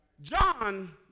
John